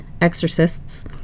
exorcists